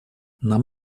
нам